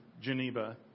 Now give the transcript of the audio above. Geneva